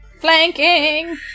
Flanking